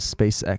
SpaceX